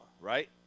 right